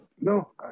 No